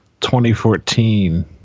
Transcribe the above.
2014